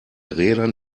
rädern